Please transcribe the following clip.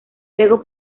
luego